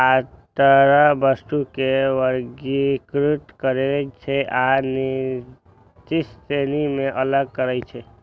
sorter वस्तु कें वर्गीकृत करै छै आ निर्दिष्ट श्रेणी मे अलग करै छै